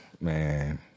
Man